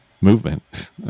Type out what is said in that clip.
movement